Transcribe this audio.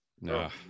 no